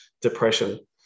depression